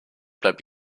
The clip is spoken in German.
bleibt